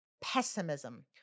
pessimism